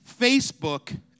Facebook